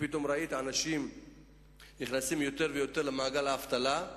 ראית יותר ויותר אנשים נכנסים למעגל האבטלה,